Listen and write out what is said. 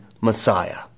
Messiah